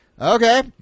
Okay